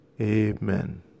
Amen